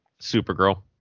Supergirl